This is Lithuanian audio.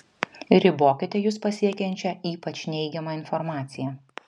ribokite jus pasiekiančią ypač neigiamą informaciją